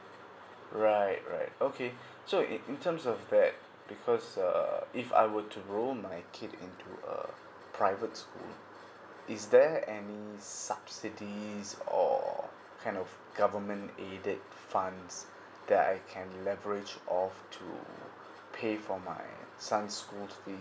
right right okay so in in terms of that because uh uh if I would to roll my kid into a private school is there any subsidies or kind of government aided funds that I can leverage of to pay for my son school fees